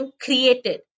created